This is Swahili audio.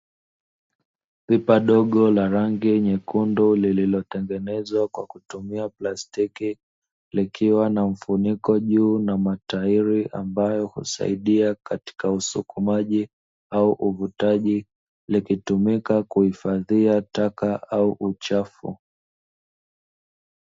Pipa dogo la rangi nyekundu lililotengenezwa kwa kutumia plastiki, likiwa na mfuniko juu na matairi ambayo husaidia katika usukumaji au uvutaji likitumika kuhifadhia taka au uchafu.